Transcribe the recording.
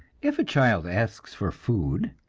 if a child asks for food,